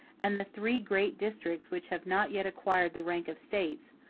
and the three great districts which have not yet acquired the rank of states,